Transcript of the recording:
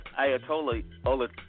Ayatollah